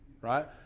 right